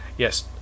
Yes